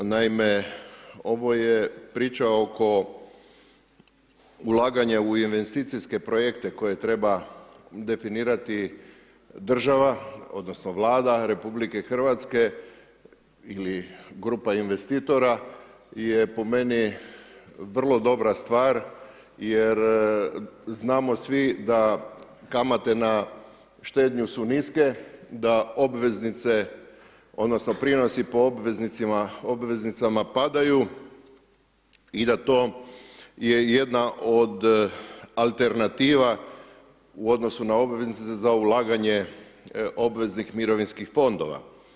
Naime, ovo je priča oko ulaganja u investicijske projekte koje treba definirati država, odnosno Vlada Republike Hrvatske ili grupa investitora je po meni vrlo dobra stvar, jer znamo svi da kamate na štednju su niske, da obveznice, odnosno prinosi po obveznicama padaju i da to je jedna od alternativa u odnosno na obveznice za ulaganje obveznih mirovinskih fondova.